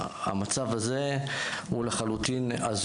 המצב הזה לחלוטין לא מטופל.